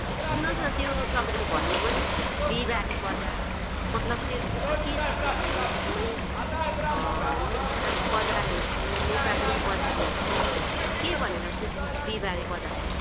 हजुर सुन्नुहोस् न त्यो तपाईँले भन्नुभयो नि बिहीबारे बजार मतलब त्यसको चाहिँ के छ त्यहाँनिरी जम्मै अँ मिक्सम्याच बजार हो कि नेपाली बजार हो कि के भनेर बुझ्नु बिहिबारे बजार चाहिँ